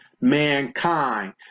mankind